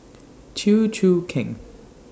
Chew Choo Keng